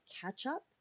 catch-up